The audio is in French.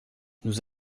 nous